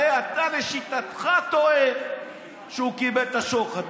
הרי אתה, לשיטתך, טוען שהוא קיבל את השוחד.